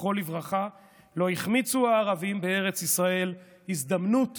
זכרו לברכה, לא החמיצו הערבים בארץ ישראל הזדמנות